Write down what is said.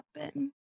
happen